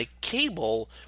cable